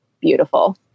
beautiful